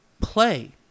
play